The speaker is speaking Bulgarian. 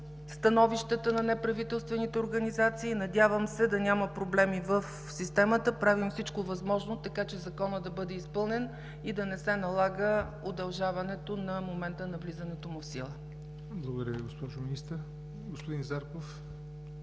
становищата на неправителствените организации. Надявам се да няма проблеми в системата. Правим всичко възможно, така че Законът да бъде изпълнен и да не се налага удължаването на момента на влизането му в сила.